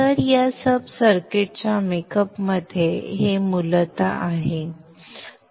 तर या उप सर्किटच्या मेकअपमध्ये हे मूलत आहे